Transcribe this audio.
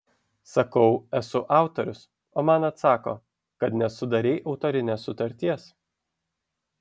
sakau esu autorius o man atsako kad nesudarei autorinės sutarties